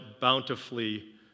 bountifully